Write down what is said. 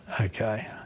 Okay